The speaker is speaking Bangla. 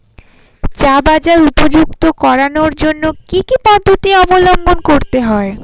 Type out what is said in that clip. চা বাজার উপযুক্ত করানোর জন্য কি কি পদ্ধতি অবলম্বন করতে হয়?